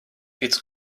its